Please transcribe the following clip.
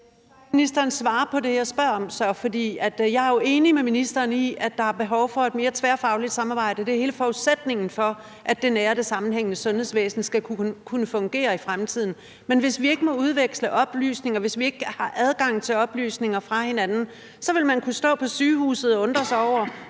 Jeg er jo enig med ministeren i, at der er behov for et mere tværfagligt samarbejde. Det er hele forudsætningen for, at det nære og sammenhængende sundhedsvæsen skal kunne fungere i fremtiden. Men hvis vi ikke må udveksle oplysninger, og hvis vi ikke har adgang til oplysninger fra hinanden, vil man kunne stå på sygehuset og undre sig over,